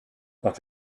ont